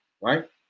right